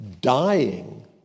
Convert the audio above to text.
dying